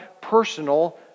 personal